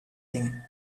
thing